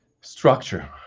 structure